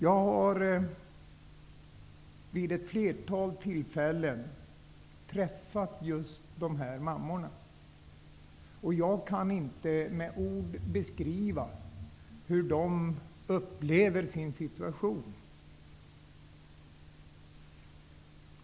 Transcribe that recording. Jag har vid ett flertal tillfällen träffat just dessa mammor, och jag kan inte med ord beskriva hur de upplever sin situation.